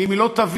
ואם היא לא תבין,